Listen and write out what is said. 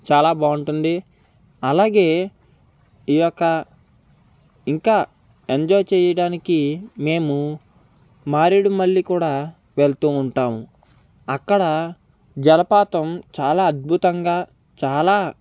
చాలా బాగుంటుంది అలాగే ఈ యొక్క ఇంకా ఎంజాయ్ చేయడానికి మేము మారేడుమల్లి కూడా వెళ్తూ ఉంటాం అక్కడ జలపాతం చాలా అద్భుతంగా చాలా